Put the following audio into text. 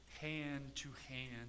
hand-to-hand